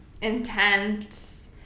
intense